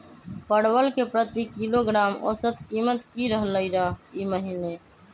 परवल के प्रति किलोग्राम औसत कीमत की रहलई र ई महीने?